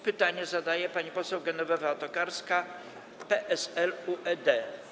Pytanie zadaje pani poseł Genowefa Tokarska, PSL - UED.